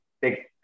big